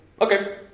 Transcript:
Okay